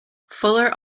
fuller